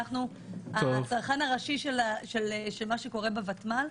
אנחנו הצרכן הראשי של מה שקורה בוותמ"ל.